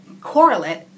correlate